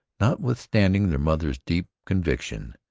notwithstanding their mother's deep conviction,